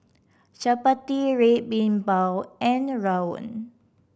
chappati Red Bean Bao and rawon